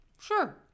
sure